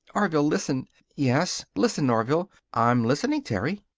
orville, listen yes. listen, orville i'm listening, terry.